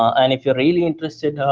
and if you're really interested,